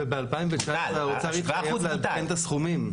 וב- 2019 שר האוצר כחלון התחייב לעדכן את הסכומים,